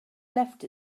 left